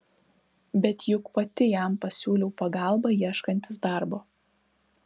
bet juk pati jam pasiūliau pagalbą ieškantis darbo